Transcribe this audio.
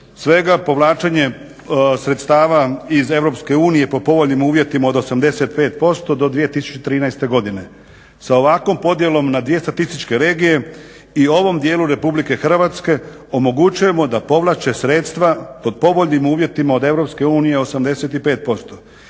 svega povlačenje sredstava iz EU po povoljnim uvjetima od 85% do 2013. godine. Sa ovakvom podjelom na dvije statističke regije i ovom dijelu RH omogućujemo da povlače sredstva pod povoljnim uvjetima od EU 85%.